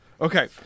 Okay